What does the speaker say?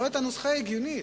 לא היתה נוסחה הגיונית.